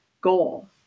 goal